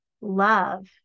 love